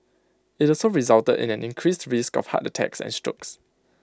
IT also resulted in an increased risk of heart attacks and strokes